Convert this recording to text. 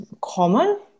common